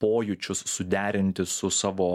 pojūčius suderinti su savo